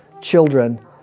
children